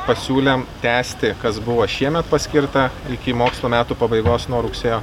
pasiūlėm tęsti kas buvo šiemet paskirta iki mokslo metų pabaigos nuo rugsėjo